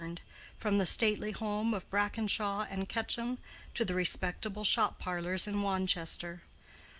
from the stately home of brackenshaw and quetcham to the respectable shop-parlors in wanchester.